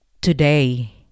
today